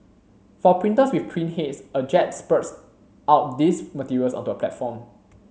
for printers with print heads a jet spurts out these materials onto a platform